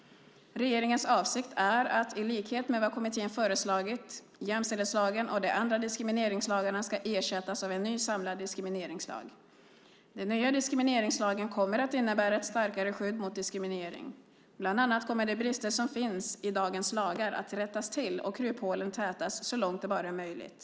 Regeringens avsikt är att - i likhet med vad kommittén föreslagit - jämställdhetslagen och de andra diskrimineringslagarna ska ersättas av en ny samlad diskrimineringslag. Den nya diskrimineringslagen kommer att innebära ett starkare skydd mot diskriminering. Bland annat kommer de brister som finns i dagens lagar att rättas till och kryphålen tätas så långt det bara är möjligt.